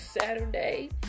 Saturday